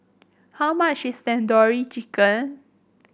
how much is Tandoori Chicken